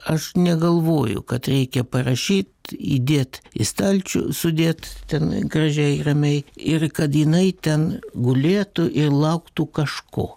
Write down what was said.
aš negalvoju kad reikia parašyt įdėt į stalčių sudėt ten gražiai ramiai ir kad jinai ten gulėtų ir lauktų kažko